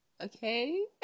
Okay